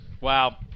Wow